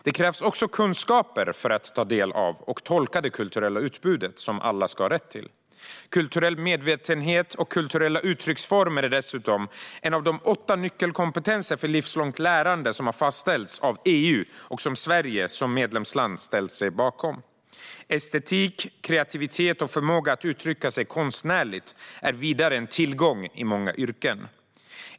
Det krävs också kunskaper för att ta del av och tolka det kulturella utbudet, vilket alla ska ha rätt till. Kulturell medvetenhet och kulturella uttrycksformer är dessutom en av de åtta nyckelkompetenser för livslångt lärande som har fastställts av EU och som Sverige som medlemsland har ställt sig bakom. Estetik, kreativitet och förmåga att uttrycka sig konstnärligt är vidare en tillgång i många yrken.